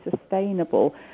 sustainable